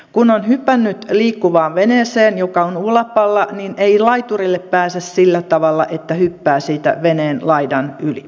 kun on hypännyt liikkuvaan veneeseen joka on ulapalla niin ei laiturille pääse sillä tavalla että hyppää siitä veneenlaidan yli